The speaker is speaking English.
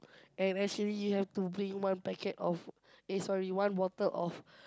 and actually you have to drink one packet of eh sorry one bottle of